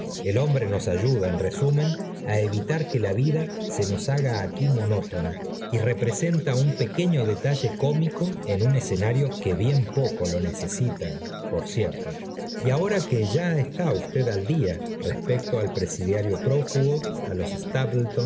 el hombre nos ayuda en resumen á evitar que la vida se nos haga aquí monótona y representa un pequeño detalle cómico en un escenario que bien poco lo necesita p y ahora que ya está usted al día respecto al presidiario prófugo á los